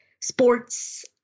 sports